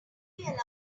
syllable